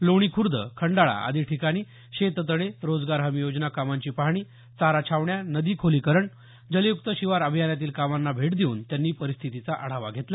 लोणी खुर्द खंडाळा आदी ठिकाणी शेततळे रोजगार हमी योजना कामांची पाहणी चारा छावण्या नदी खोलीकरण जलयुक्त शिवार अभियानातील कामांना भेट देऊन त्यांनी परिस्थितीचा आढावा घेतला